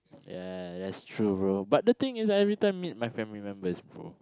ya ya ya that's true bro but the thing is I every time meet my family members bro